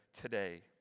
today